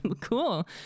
cool